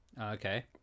Okay